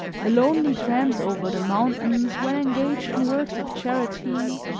her lonely tramps over the mountains, when engaged in works of charity,